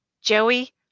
Joey